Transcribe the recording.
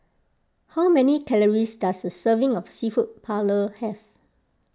how many calories does a serving of Seafood Paella have